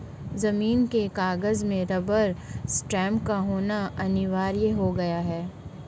जमीन के कागजात में रबर स्टैंप का होना अनिवार्य हो गया है